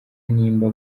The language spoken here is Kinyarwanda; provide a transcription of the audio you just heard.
nimba